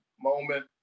moment